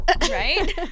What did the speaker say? right